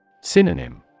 Synonym